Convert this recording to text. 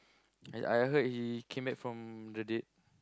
I I heard he came back from the dead